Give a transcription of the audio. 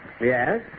Yes